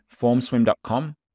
formswim.com